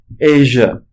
Asia